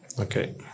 Okay